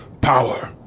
power